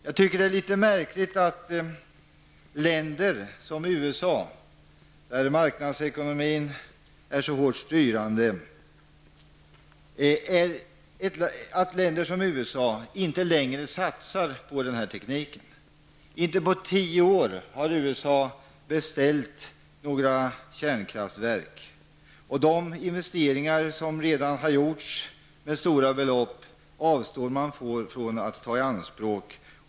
Jag tycker att det är märkligt att länder som USA, där marknadsekonomin är så hårt styrande, inte längre satsar på den här tekniken. Inte på tio år har man i USA beställt några kärnkraftverk. De investeringar med stora belopp som redan har gjorts avstår man från att ta i anspråk.